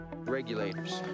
regulators